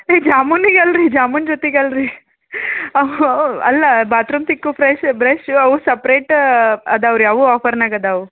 ಜಾಮೂನಿಗೆ ಅಲ್ಲರಿ ಜಾಮೂನು ಜೊತೆಗೆ ಅಲ್ರಿ ಅವು ಅಲ್ಲ ಬಾತ್ರೂಮ್ ತಿಕ್ಕು ಬ್ರಶ್ ಬ್ರಶ್ ಅವು ಸಪ್ರೇಟಾ ಅದಾವ ರೀ ಅವು ಆಫರ್ನಾಗ ಅದಾವ